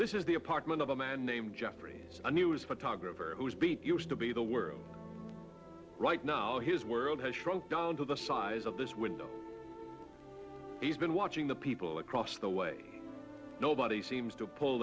this is the apartment of a man named jeffrey a news photographer whose beat used to be the world right now his world has shrunk down to the size of this window he's been watching the people across the way nobody seems to pull